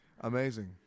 Amazing